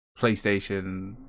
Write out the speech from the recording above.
PlayStation